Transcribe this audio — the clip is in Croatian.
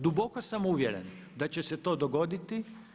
Duboko sam uvjeren da će se to dogoditi.